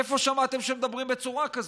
איפה שמעתם שמדברים בצורה כזאת?